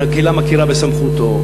הקהילה מכירה בסמכותו,